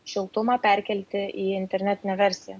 šiltumą perkelti į internetinę versiją